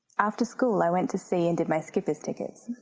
after school i went to sea and did my skipper's tickets.